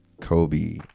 Kobe